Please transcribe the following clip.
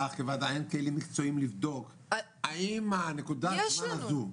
לך כוועדה אין כלים מקצועיים לבדוק האם נקודת זמן הזאת,